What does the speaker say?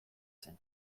zen